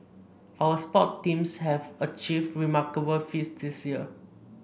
our sports teams have achieved remarkable feats this year